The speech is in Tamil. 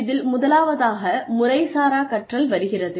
இதில் முதலாவதாக முறைசாரா கற்றல் வருகிறது